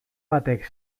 batek